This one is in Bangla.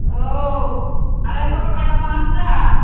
ও আড়াইশো কটা পাঁচটা